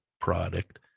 product